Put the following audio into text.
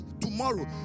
tomorrow